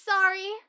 Sorry